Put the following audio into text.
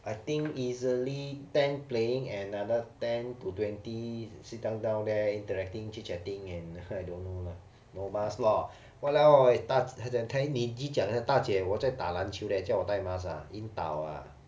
I think easily ten playing and another ten to twenty sit down down there interacting chitchatting and uh I don't know lah no mask lor !walao! 你去讲啊讲大姐我在打篮球叫我戴 mask 啊晕倒啊